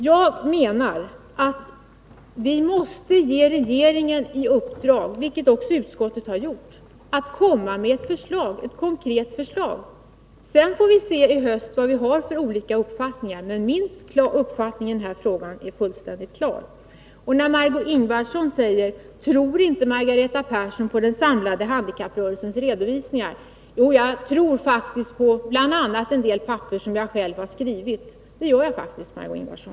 Jag menar att vi måste ge regeringen i uppdrag — vilket också utskottet har hemställt — att lägga fram ett konkret förslag. Sedan får vi se i höst vad vi har för olika uppfattningar. Men min uppfattning i denna fråga är fullständigt klar. Jo, jag tror bl.a. på en del papper som jag själv har skrivit. Det gör jag faktiskt, Margöé Ingvardsson!